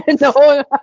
No